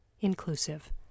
inclusive